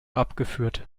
abgeführt